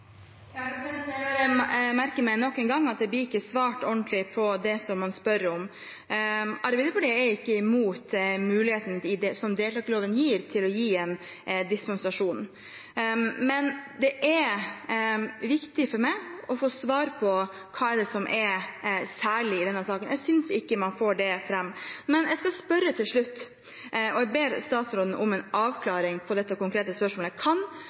Jeg bare merker meg nok en gang at det ikke blir svart ordentlig på det som man spør om. Arbeiderpartiet er ikke imot mulighetene som deltakerloven gir til å gi en dispensasjon. Men det er viktig for meg å få svar på hva det er som er særlig i denne saken. Jeg synes ikke man får det fram. Men jeg skal spørre til slutt, og jeg ber statsråden om en avklaring på disse konkrete spørsmålene: Kan